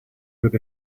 with